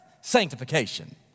sanctification